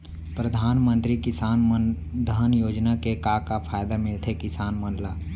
परधानमंतरी किसान मन धन योजना के का का फायदा मिलथे किसान मन ला?